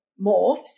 morphs